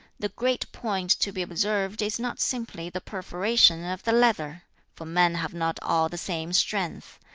the great point to be observed is not simply the perforation of the leather for men have not all the same strength.